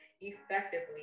effectively